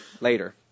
later